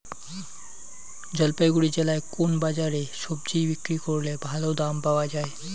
জলপাইগুড়ি জেলায় কোন বাজারে সবজি বিক্রি করলে ভালো দাম পাওয়া যায়?